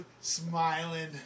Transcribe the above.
smiling